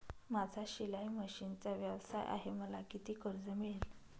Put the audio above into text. माझा शिलाई मशिनचा व्यवसाय आहे मला किती कर्ज मिळेल?